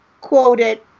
quoted